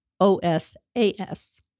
OSAS